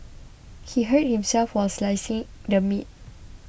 he hurt himself while slicing the meat